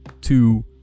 Two